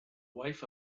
wife